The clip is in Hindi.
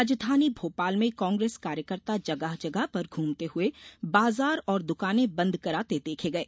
राजधानी भोपाल में कांग्रेस कार्यकर्ता जगह जगह पर घूमते हुए बाजार और दुकानें बंद कराते देखे गए